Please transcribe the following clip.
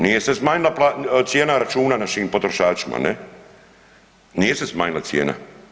Nije se smanjila cijena računa našim potrošačima, ne nije se smanjila cijena.